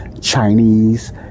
Chinese